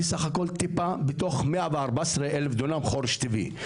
אני סך הכל טיפה בתוך 114,000 דונם חורש טבעי.